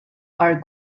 are